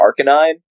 Arcanine